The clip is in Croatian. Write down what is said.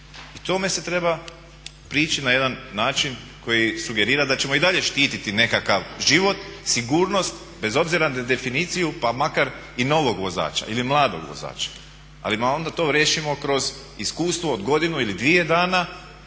i tome se treba prići na jedan način koji sugerira da ćemo i dalje štiti nekakav život, sigurnost bez obzira na definiciju pa makar i novog vozača ili mladog vozača. Ali onda to riješimo kroz iskustvo od godinu ili dvije dana